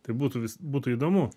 tai būtų vis būtų įdomu